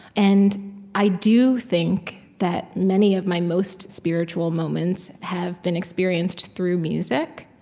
and i do think that many of my most spiritual moments have been experienced through music,